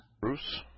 Bruce